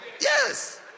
Yes